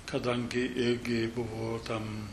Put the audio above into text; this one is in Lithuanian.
kadangi irgi buvo tam